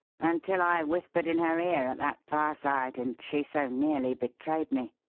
until i whispered in her ear at that fireside, and she so nearly betrayed me.